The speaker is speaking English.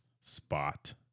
spot